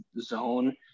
zone